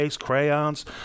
crayons